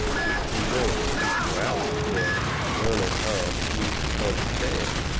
which he don't speak her out. but colonel tom seems to understand.